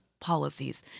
policies